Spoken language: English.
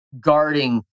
guarding